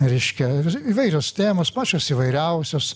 reiškia ir įvairios temos pačios įvairiausios